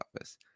office